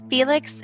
Felix